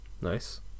Nice